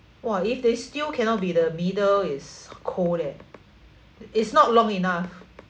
!wah! if they still cannot be the middle is cold leh it's not long enough